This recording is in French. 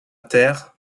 terre